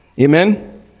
Amen